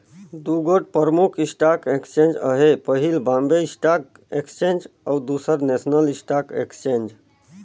दुगोट परमुख stock exchange अहे पहिल बॉम्बे स्टाक एक्सचेंज अउ दूसर नेसनल स्टॉक एक्सचेंज